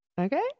Okay